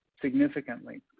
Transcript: significantly